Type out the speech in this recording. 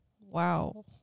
Wow